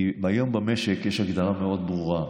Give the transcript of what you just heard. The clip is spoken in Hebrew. כי היום במשק יש הגדרה מאוד ברורה.